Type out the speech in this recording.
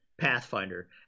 Pathfinder